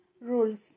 rules